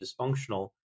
dysfunctional